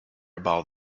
about